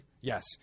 Yes